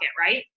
right